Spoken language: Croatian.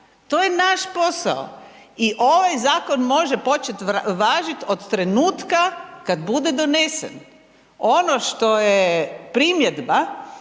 To je naš posao i ovaj zakon može počet važit od trenutka kad bude donesen. Ono što je primjedba